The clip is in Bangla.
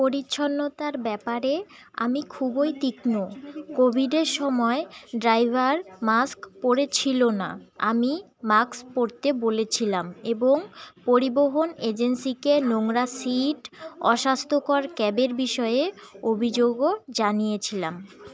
পরিচ্ছন্নতার ব্যাপারে আমি খুবই তীক্ষ্ণ কোভিডের সময় ড্রাইভার মাস্ক পরেছিলনা আমি মাস্ক পরতে বলেছিলাম এবং পরিবহন এজেন্সিকে নোংরা সিট অস্বাস্থ্যকর ক্যাবের বিষয়ে অভিযোগও জানিয়েছিলাম